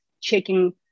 checking